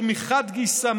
מחד גיסא,